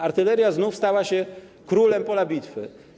Artyleria znów stała się królem na polu bitwy.